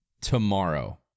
tomorrow